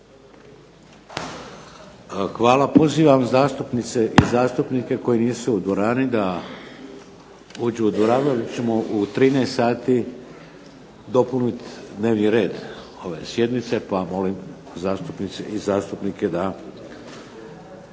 Hvala. Pozivam zastupnice i zastupnike koji nisu u dvorani da uđu u dvoranu jer ćemo u 13,00 sati dopuniti dnevni red ove sjednice, pa molim zastupnice i zastupnike da